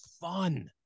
fun